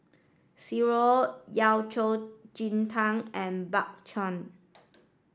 Sireh Yao Cai Ji Tang and Bak Chang